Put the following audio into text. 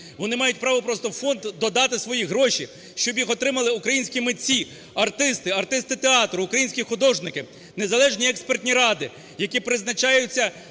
вони мають право просто в фонд додати свої гроші, щоб їх отримали українські митці, артисти, артисти театру, українські художники, незалежні експертні ради, які призначаються